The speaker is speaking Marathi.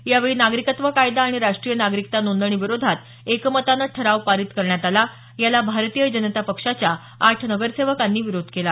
यावेळी नागरिकत्व कायदा आणि राष्ट्रीय नागरिकता नोंदणी विरोधात एकमतानं ठराव पारित करण्यात आला याला भारतीय जनता पक्षाच्या आठ नगरसेवकांनी विरोध केला